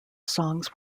songs